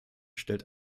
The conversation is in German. stellt